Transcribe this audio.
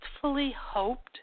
hoped